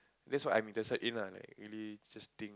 that's what I'm interested in lah like really just think